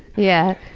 yeah.